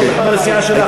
לפחות חבר הסיעה שלך,